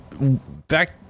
back